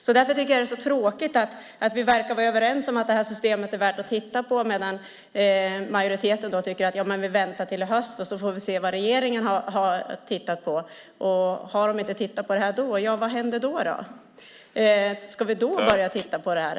Det är därför tråkigt att vi verkar vara överens om att systemet är värt att titta på medan majoriteten vill vänta till i höst och se vad regeringen har tittat på. Men om regeringen inte har tittat på det då - vad händer då? Ska vi då börja titta på detta?